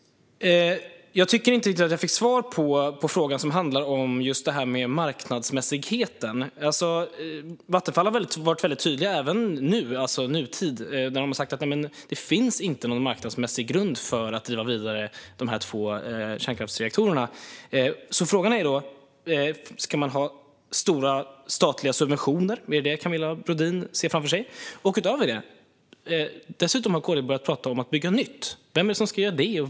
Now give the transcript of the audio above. Jag fick inte riktigt svar på frågan som handlar om marknadsmässigheten. Vattenfall har även i nutid varit tydligt med att det inte finns någon marknadsmässig grund för att driva vidare dessa två kärnkraftsreaktorer. Frågan är då: Ser Camilla Brodin framför sig stora statliga subventioner? Dessutom har KD börjat tala om att bygga nytt. Vem ska göra det?